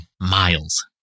miles